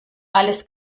alles